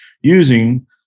using